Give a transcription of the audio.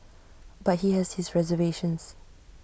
but he has his reservations